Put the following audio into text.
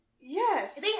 Yes